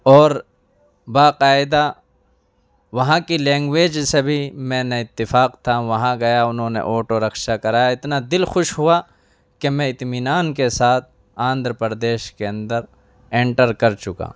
اور باقاعدہ وہاں کی لینگویج سے بھی میں نہ اتفاق تھا وہاں گیا انہوں نے آٹو رکشہ کرائے اتنا دل خوش ہوا کہ میں اطمینان کے ساتھ آندھرا پردیش کے اندر انٹر کر چکا